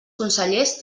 consellers